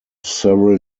several